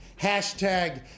hashtag